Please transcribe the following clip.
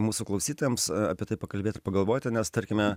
mūsų klausytojams apie tai pakalbėt ir pagalvoti nes tarkime